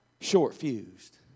short-fused